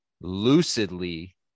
lucidly